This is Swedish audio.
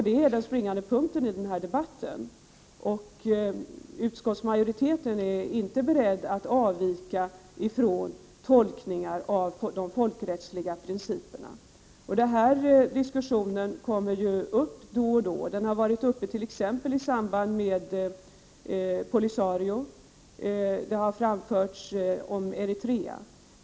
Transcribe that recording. Det är den springande punkten i denna debatt. Utskottsmajoriteten är inte beredd att avvika från tolkningar av de folkrättsliga principerna. Den här diskussionen kommer upp då och då. Den har varit uppe t.ex. i samband med Polisario. Det har framförts om Eritrea.